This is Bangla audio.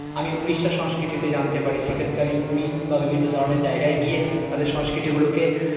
আমি উড়িষ্যার সংস্কৃতিকে জানতে পারি সেক্ষেত্রে আমি পুরী বা বিভিন্ন ধরনের জায়গায় গিয়ে তাদের সংস্কৃতিগুলোকে